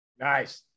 nice